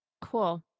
Cool